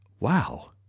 Wow